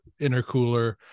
intercooler